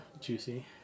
Juicy